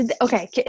okay